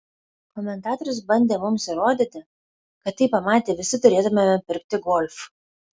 komentatorius bandė mums įrodyti kad tai pamatę visi turėtumėme pirkti golf